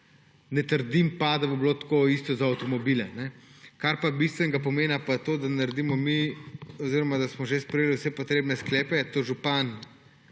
Ne trdim pa, da bo bilo tako enako za avtomobile. Kar pa je bistvenega pomena, pa je to, da naredimo oziroma da smo že sprejeli vse potrebne sklepe. Župan,